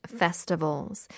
festivals